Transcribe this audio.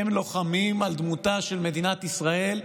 הם לוחמים על דמותה של מדינת ישראל,